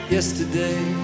Yesterday